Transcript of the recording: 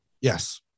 Yes